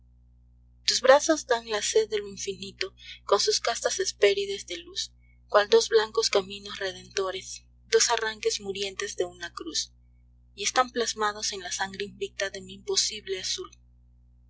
tus brazos dan la sed de lo infinito con sus castas hespérides de luz cual dos blancos caminos redentores dos arranques murientes de una cruz y están plasmados en la sangre invicta de mi imposible azul